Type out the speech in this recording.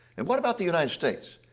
and what about the united states?